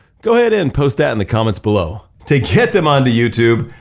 go ahead and post that in the comments below. to get them on to youtube,